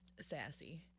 sassy